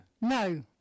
No